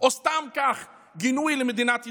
או סתם כך גינוי למדינת ישראל.